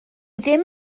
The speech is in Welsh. ddim